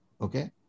Okay